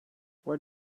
what